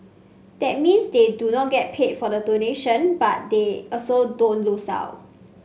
that means they do not get paid for the donation but they also don't lose out